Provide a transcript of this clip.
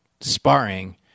sparring